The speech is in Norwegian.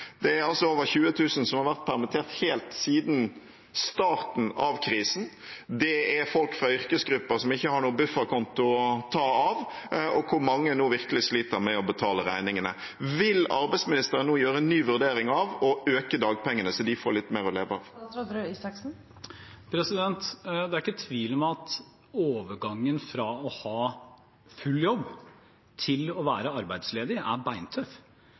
Det er altså over 20 000 som har vært permittert helt siden starten av krisen. Det er folk fra yrkesgrupper som ikke har noen bufferkonto å ta av, og hvor mange nå virkelig sliter med å betale regningene. Vil arbeidsministeren nå gjøre en ny vurdering av å øke dagpengene, så de får litt mer å leve av? Det er ikke tvil om at overgangen fra å ha full jobb til å være arbeidsledig er beintøff,